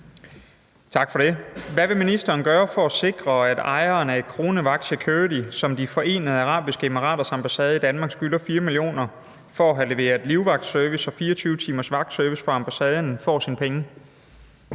Hvad vil ministeren gøre for at sikre, at ejeren af Kronevagt Security, som de Forenede Arabiske Emiraters ambassade i Danmark skylder 4 mio. kr. for at have leveret livvagtsservice og 24-timers vagtservice på ambassaden, får sine penge?